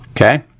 okay?